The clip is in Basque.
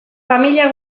familia